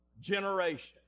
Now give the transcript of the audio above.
generation